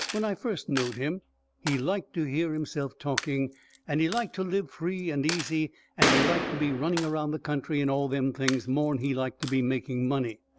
when i first knowed him he liked to hear himself talking and he liked to live free and easy and he liked to be running around the country and all them things, more'n he liked to be making money.